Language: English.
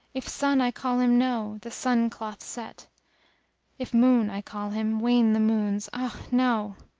if sun i call him no! the sun cloth set if moon i call him, wane the moons ah no!